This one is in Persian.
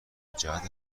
جهت